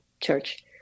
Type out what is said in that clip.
church